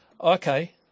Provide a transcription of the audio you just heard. Okay